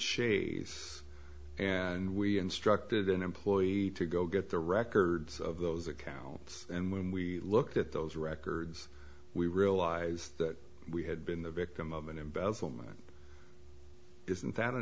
shays and we instructed an employee to go get the records of those accounts and when we looked at those records we realized that we had been the victim of an embezzlement isn't that